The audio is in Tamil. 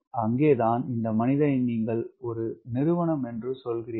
அங்கே தான் இந்த மனிதனை நீங்கள் ஒரு நிறுவனம் என்று சொல்கிறீர்கள்